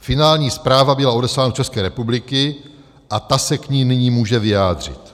Finální zpráva byla odeslána do České republiky a ta se k ní nyní může vyjádřit.